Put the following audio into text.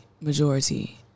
majority